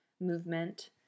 movement